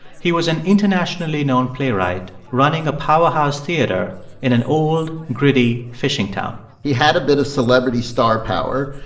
he was an internationally known playwright running a powerhouse theater in an old, gritty fishing town he had a bit of celebrity star power.